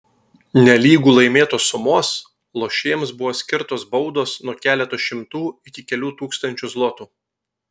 nelygu laimėtos sumos lošėjams buvo skirtos baudos nuo keleto šimtų iki kelių tūkstančių zlotų